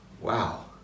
wow